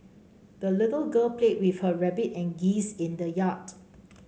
the little girl played with her rabbit and geese in the yard